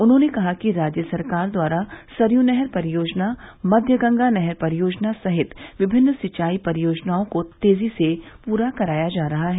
उन्होंने कहा कि राज्य सरकार सरयू नहर परियोजना मध्य गंगा नहर परियोजना सहित विभिन्न सिंचाई परियोजनाओं को तेजी से पूरा कराया जा रहा है